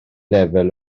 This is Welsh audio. lefel